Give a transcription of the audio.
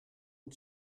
een